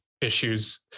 issues